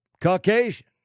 Caucasian